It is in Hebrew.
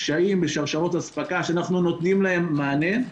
קשיים בשרשרות אספקה שאנחנו נותנים להם מענה.